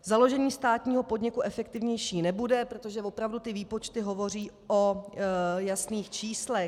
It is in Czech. Založení státního podniku efektivnější nebude, protože opravdu výpočty hovoří o jasných číslech.